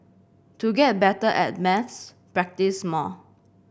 to get better at maths practise more